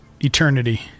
eternity